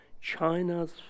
China's